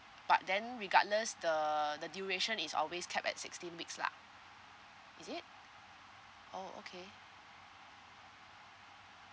but then regardless the the duration is always capped at sixteen weeks lah is it oh okay